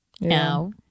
No